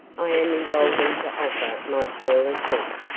i am emboldened to offer my small attempt,